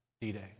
D-Day